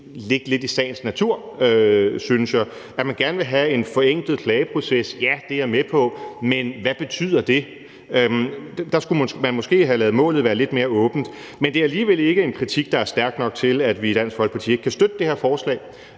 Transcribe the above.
ligge lidt i sagens natur, synes jeg. At man gerne vil have en forenklet klageproces, ja, det er jeg med på, men hvad betyder det? Der skulle man måske have ladet målet være lidt mere åbent. Men det er alligevel ikke en kritik, der er stærk nok til, at vi i Dansk Folkeparti ikke kan støtte det her forslag,